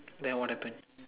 then what happen